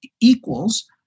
equals